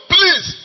Please